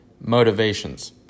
Motivations